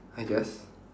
I guess